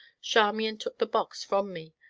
charmian took the box from me,